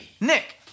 Nick